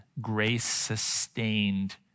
grace-sustained